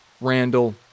Randall